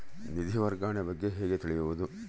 ನಿಧಿ ವರ್ಗಾವಣೆ ಬಗ್ಗೆ ಹೇಗೆ ತಿಳಿಯುವುದು?